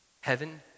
Heaven